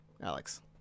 Alex